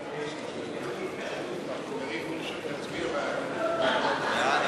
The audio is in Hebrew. חוק שירותי הדת היהודיים (תיקון מס' 19 והוראת שעה),